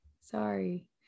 Sorry